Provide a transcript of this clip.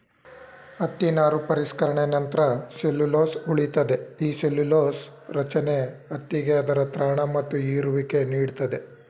ಹತ್ತಿ ನಾರು ಪರಿಷ್ಕರಣೆ ನಂತ್ರ ಸೆಲ್ಲ್ಯುಲೊಸ್ ಉಳಿತದೆ ಈ ಸೆಲ್ಲ್ಯುಲೊಸ ರಚನೆ ಹತ್ತಿಗೆ ಅದರ ತ್ರಾಣ ಮತ್ತು ಹೀರುವಿಕೆ ನೀಡ್ತದೆ